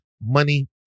money